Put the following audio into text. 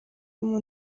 muri